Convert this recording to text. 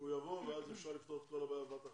שהוא יבוא, ואז אפשר לפתור את כל הבעיות בבת אחת.